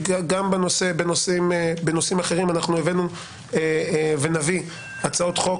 גם בנושאים אחרים אנחנו הבאנו ונביא הצעות חוק,